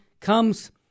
comes